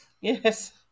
Yes